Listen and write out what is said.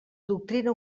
doctrina